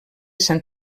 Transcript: sant